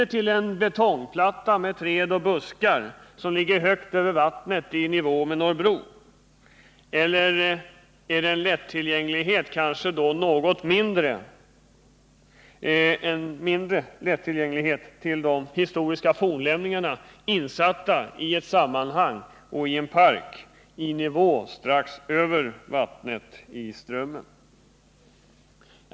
Till en betongplatta med träd och buskar, som ligger högt över vattnet i nivå med Norrbro, eller till de historiska fornlämningarna insatta i ett sammanhang i en park strax ovanför vattnet i Strömmen?